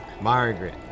Margaret